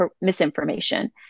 misinformation